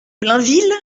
blainville